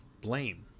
blame